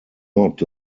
not